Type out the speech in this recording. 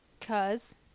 Cause